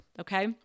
okay